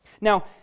Now